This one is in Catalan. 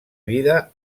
vida